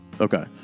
Okay